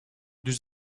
dus